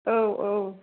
औ औ